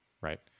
right